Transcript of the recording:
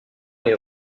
est